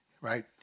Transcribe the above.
right